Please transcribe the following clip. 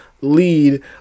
lead